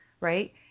right